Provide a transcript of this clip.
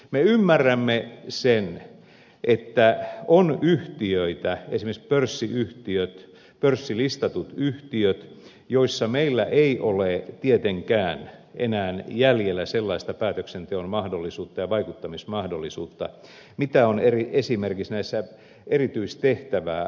me ymmärrämme sen että on yhtiöitä esimerkiksi pörssiyhtiöt pörssilistatut yhtiöt joissa meillä ei ole tietenkään enää jäljellä sellaista päätöksenteon mahdollisuutta ja vaikuttamismahdollisuutta kuin on esimerkiksi näissä erityistehtävää hoitavissa yhtiöissä